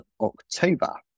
October